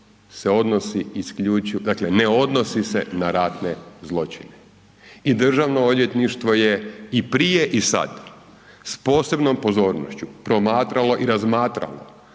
ne odnosi se na ratne zločine. I Državno odvjetništvo je i prije i sad s posebnom pozornošću promatralo i razmatralo